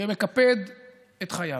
מקפד את חייו.